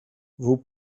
vos